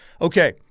Okay